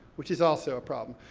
which is also a problem.